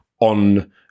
on